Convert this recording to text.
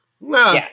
No